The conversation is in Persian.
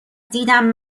دیدم